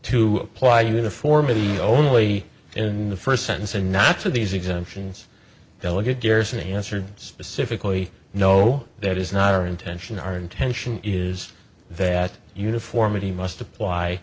to apply uniformity only in the first sentence and not to these exemptions delegate years and he answered specifically no that is not our intention our intention is that uniformity must apply